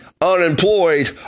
unemployed